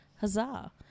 huzzah